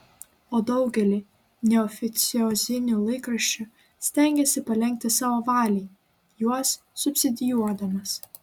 o daugelį neoficiozinių laikraščių stengėsi palenkti savo valiai juos subsidijuodamas